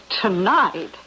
Tonight